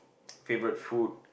favourite food